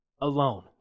alone